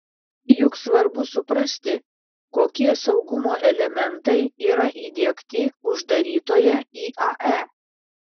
juk svarbu suprasti kokie saugumo elementai yra įdiegti uždarytoje iae